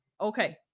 Okay